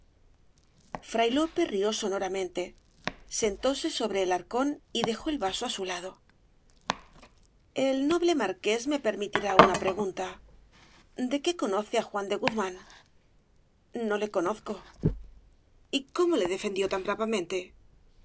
fray lope rió sonoramente sentóse sobre el arcón y dejó el vaso á su lado el noble marqués me permitirá una pregunta de qué conoce á juan de guzmán no le conozco y cómo le defendió tan